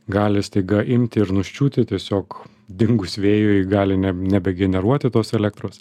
gali staiga imti ir nuščiūti tiesiog dingus vėjui gali ne nebegeneruoti tos elektros